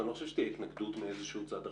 אני לא חושב שתהיה התנגדות מצד אחר.